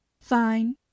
Fine